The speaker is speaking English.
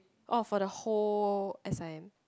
oh for the whole s_i_m